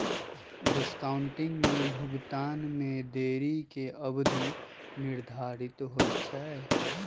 discounting में भुगतान में देरी के अवधि निर्धारित होइ छइ